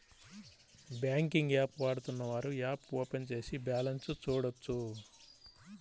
banking app వాడుతున్నవారు app open చేసి balance చూడొచ్చు